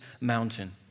mountain